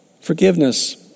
Forgiveness